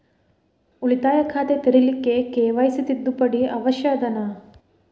ಉಳಿತಾಯ ಖಾತೆ ತೆರಿಲಿಕ್ಕೆ ಕೆ.ವೈ.ಸಿ ತಿದ್ದುಪಡಿ ಅವಶ್ಯ ಅದನಾ?